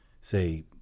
say